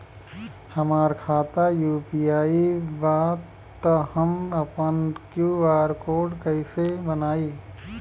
हमार खाता यू.पी.आई बा त हम आपन क्यू.आर कोड कैसे बनाई?